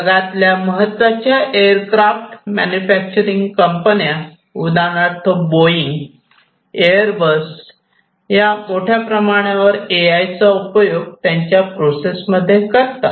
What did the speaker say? जगातल्या महत्त्वाच्या aircraft manufacturing कंपन्या उदाहरणार्थ बोइंग एअरबस या मोठ्या प्रमाणावर ए आय चा उपयोग त्यांच्या प्रोसेस मध्ये करतात